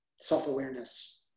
self-awareness